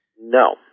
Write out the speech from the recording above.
No